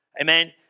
amen